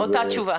אותה תשובה.